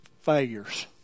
failures